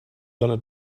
gonna